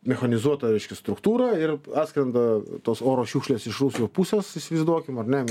mechanizuota reiškia struktūrą ir atskrenda tos oro šiukšlės iš rusų pusės įsivaizduokim ar ne